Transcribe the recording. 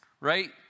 right